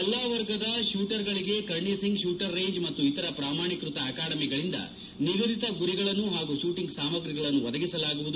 ಎಲ್ಲ ವರ್ಗದ ಶೂಟರ್ಗಳಿಗೆ ಕರ್ಣಿ ಸಿಂಗ್ ಶೂಟಿಂಗ್ ರೇಂಜ್ ಮತ್ತು ಇತರ ಪ್ರಮಾಣೀಕ್ಷತ ಅಕಾಡೆಮಿಗಳಿಂದ ನಿಗದಿತ ಗುರಿಗಳನ್ನು ಹಾಗೂ ಶೂಟಿಂಗ್ ಸಾಮಾಗ್ರಿಗಳನ್ನು ಒದಗಿಸಲಾಗುವುದು